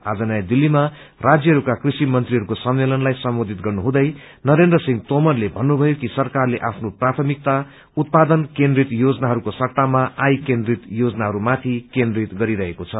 आज नयाँ दिल्लीमा राष्यहरूका कूषि मन्त्रीहरूको सम्मेलनलाई सम्बोधित गर्नुहुँदै नरेन्द्र सिंह तोमरले भन्नुभयो कि सरकारले आफ्नो प्राथमिकता उत्पादन केन्द्रित योजनाहरूको सट्टामा आय केन्द्रित योजनाहरूमाथि केन्द्रित गरेको छ